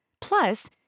Plus